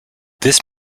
this